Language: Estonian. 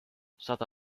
sada